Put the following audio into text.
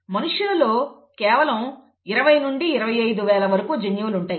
మనుష్యులలో కేవలం ఇరవై నుండి 25 వేల వరకు జన్యువులు ఉంటాయి